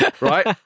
right